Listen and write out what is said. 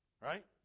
Right